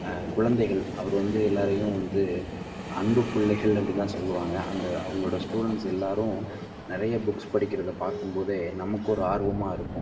குழந்தைகள் அவர் வந்து எல்லோரையும் வந்து அன்பு பிள்ளைகள் அப்படின் தான் சொல்லுவாங்க அந்த அவங்களோட ஸ்டூடண்ட்ஸ் எல்லோரும் நிறைய புக்ஸ் படிக்கிறதை பார்க்கும் போதே நமக்கு ஒரு ஆர்வமாக இருக்கும்